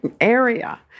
area